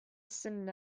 send